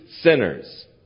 sinners